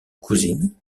cousine